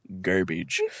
garbage